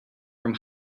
from